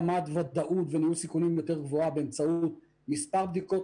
עם רמת ודאות וניהול סיכונים יותר גבוהה באמצעות מספר בדיקות.